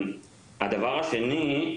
דבר שני,